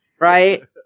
right